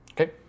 okay